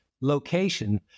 location